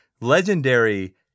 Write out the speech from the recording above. legendary